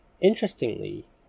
Interestingly